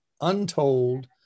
Untold